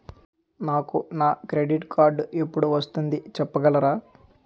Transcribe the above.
నాకు నా credit card ఎపుడు వస్తుంది చెప్పగలరా?